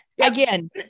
again